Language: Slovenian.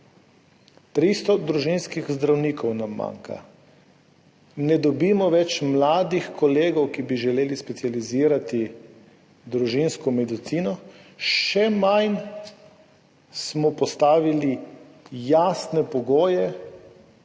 300 družinskih zdravnikov nam manjka. Ne dobimo več mladih kolegov, ki bi želeli specializirati družinsko medicino, še manj smo postavili jasne pogoje,